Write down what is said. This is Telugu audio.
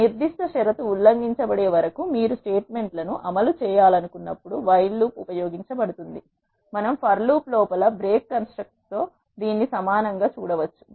ఒక నిర్దిష్ట షరతు ఉల్లంఘించబడే వరకు మీరు స్టేట్మెంట్లను అమలు చేయాలనుకున్నప్పుడు వైల్ లూప్ ఉపయోగించబడుతుంది మనము ఫర్ లూప్ లోపల బ్రేక్ కన్స్ట్రక్ట్ తో దీనిని సమానం గా చూడవచ్చు